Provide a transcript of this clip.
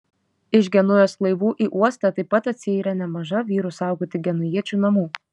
iš genujos laivų į uostą taip pat atsiyrė nemaža vyrų saugoti genujiečių namų